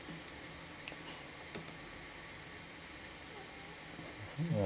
yeah